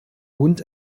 bund